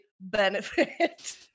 benefit